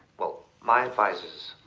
well, my advice is,